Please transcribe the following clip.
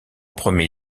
premier